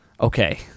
Okay